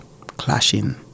clashing